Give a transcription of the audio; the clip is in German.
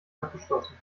abgeschlossen